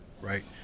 right